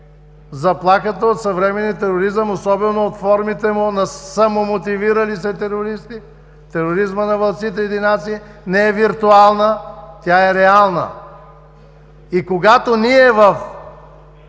заплахата от съвременния тероризъм, особено от формите му на самомотивирали се терористи, тероризмът на вълците единаци не е виртуална, тя е реална. Ние в